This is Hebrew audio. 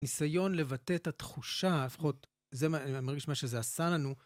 ניסיון לבטא את התחושה, לפחות זה מרגיש מה שזה עשה לנו.